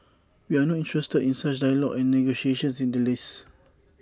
we are not interested in such dialogue and negotiations in the least